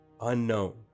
Unknown